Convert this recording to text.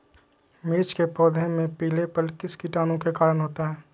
मिर्च के पौधे में पिलेपन किस कीटाणु के कारण होता है?